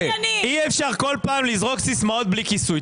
קטי, אי אפשר כל פעם לזרוק סיסמאות בלי כיסוי.